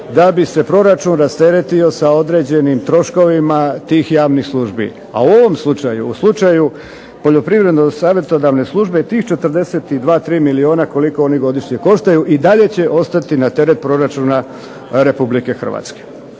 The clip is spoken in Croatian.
da bi se proračun rasteretio sa određenim troškovima tih javnih službi. A u ovom slučaju, u slučaju poljoprivredne savjetodavne službe i tih 42, tri milijuna koliko oni godišnje koštaju i dalje će ostati na teret proračun Republike Hrvatske.